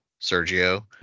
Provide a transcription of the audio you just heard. Sergio